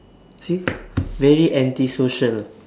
see very anti social